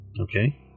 Okay